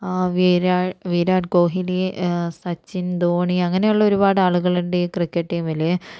ആ വിരാട് വിരാട് കോഹ്ലി സച്ചിൻ ധോണി അങ്ങനേ ഉള്ള ഒരുപാട് ആളുകള്ണ്ട് ഈ ക്രിക്കറ്റ് ടീമില്